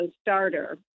starter